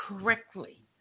correctly